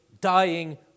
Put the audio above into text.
dying